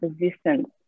resistance